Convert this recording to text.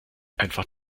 einfach